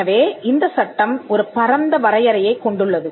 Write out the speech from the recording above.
எனவே இந்த சட்டம் ஒரு பரந்த வரையறையைக் கொண்டுள்ளது